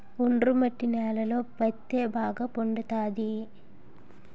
ఒండ్రు మట్టి నేలలలో పత్తే బాగా పండుతది